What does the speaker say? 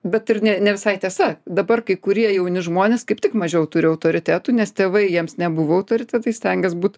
bet ir ne ne visai tiesa dabar kai kurie jauni žmonės kaip tik mažiau turi autoritetų nes tėvai jiems nebuvo autoritetai stengės būt